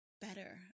better